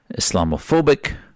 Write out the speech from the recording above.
Islamophobic